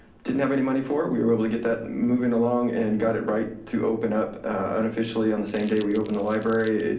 didn't have any money for. we were able to get that moving along and got it right to open up unofficially, on the same day we open the library.